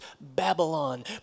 Babylon